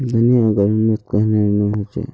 धनिया गर्मित कन्हे ने होचे?